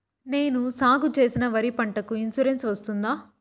నేను సాగు చేసిన వరి పంటకు ఇన్సూరెన్సు వస్తుందా?